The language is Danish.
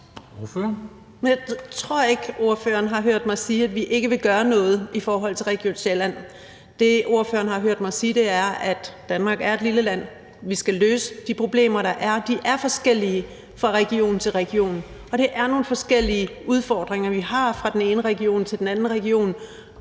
mig sige, at vi ikke vil gøre noget i forhold til Region Sjælland. Det, spørgeren har hørt mig sige, er, at Danmark er et lille land. Vi skal løse de problemer, der er, og de er forskellige fra region til region, og det er nogle forskellige udfordringer, vi har, fra den ene region til den anden region